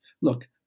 look